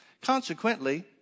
Consequently